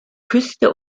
küste